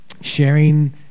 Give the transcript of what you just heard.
sharing